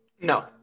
No